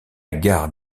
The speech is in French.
gare